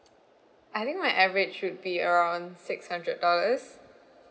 I think my average should be around six hundred dollars